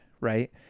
Right